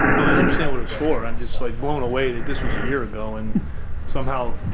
no, i understand what it's for. i'm just like, blown away that this was a year ago and somehow,